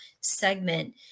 segment